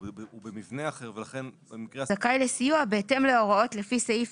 הוא במבנה אחר ולכן במקרה הספציפי הזה לא נכנסו לעוד תוספת על שכר